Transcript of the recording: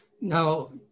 Now